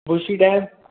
bushy dam